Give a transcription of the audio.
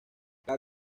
cada